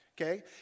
okay